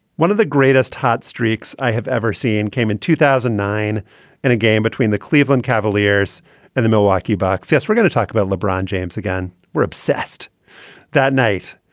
one of the greatest hot streaks i have ever seen came in two thousand and nine in a game between the cleveland cavaliers and the milwaukee bucks. yes. we're going to talk about lebron james again. we're obsessed that night.